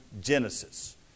Genesis